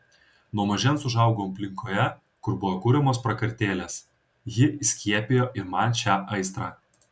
nuo mažens užaugau aplinkoje kur buvo kuriamos prakartėlės ji įskiepijo ir man šią aistrą